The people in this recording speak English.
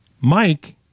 Mike